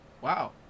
Wow